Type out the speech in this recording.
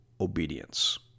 obedience